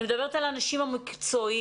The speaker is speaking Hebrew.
אני מדברת על האנשים המקצועיים,